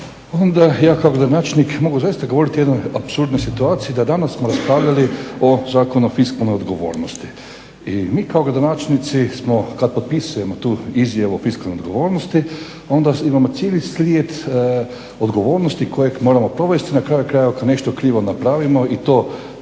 onda ja kao gradonačelnik mogu zaista govoriti o jednoj apsurdnoj situaciji da danas smo raspravljali o Zakonu o fiskalnoj odgovornosti i mi kao gradonačelnici smo kad potpisujemo tu izjavu o fiskalnoj odgovornosti onda imamo cijeli slijed odgovornosti kojeg moramo provesti. Na kraju krajeva ako nešto krivo napravimo i to